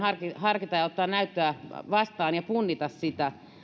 harkita ja ottaa näyttöä vastaan ja punnita sitä